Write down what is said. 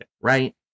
right